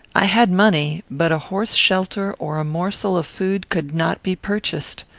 i had money, but a horse-shelter, or a morsel of food, could not be purchased.